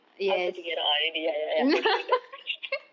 ask her to get out ah really ya ya ya okay dah